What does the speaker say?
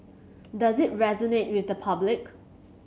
does it resonate with the public